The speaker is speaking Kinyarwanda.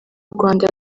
rwanda